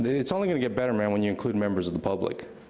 it's only gonna get better, man, when you include members of the public.